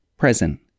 Present